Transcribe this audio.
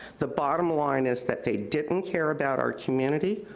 the bottom line is that they didn't care about our community,